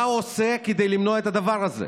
מה הוא עושה כדי למנוע את הדבר הזה?